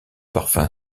parfum